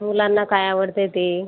मुलांना काय आवडते ते